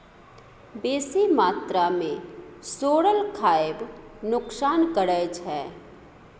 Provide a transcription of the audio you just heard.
बेसी मात्रा मे सोरल खाएब नोकसान करै छै